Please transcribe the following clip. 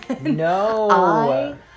No